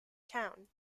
town